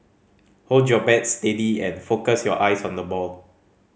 hold your bat steady and focus your eyes on the ball